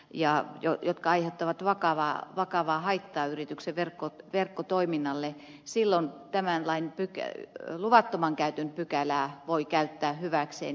ja jo jotka aiheuttavat vakavaa haittaa yrityksen verkkotoiminnalle tämän lain luvattoman käytön pykälää voi käyttää hyväksi